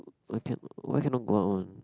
why cannot why cannot go out one